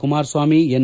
Kumaraswamy N